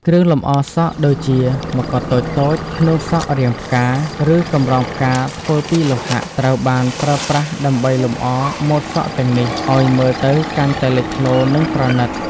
គ្រឿងលម្អសក់ដូចជា ម្កុដតូចៗ ផ្នួងសក់រាងផ្កា ឬកម្រងផ្កាធ្វើពីលោហៈ ត្រូវបានប្រើប្រាស់ដើម្បីលម្អម៉ូដសក់ទាំងនេះ ឱ្យមើលទៅកាន់តែលេចធ្លោ និងប្រណីត។